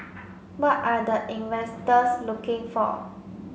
what are the investors looking for